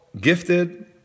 gifted